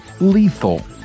lethal